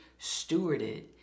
stewarded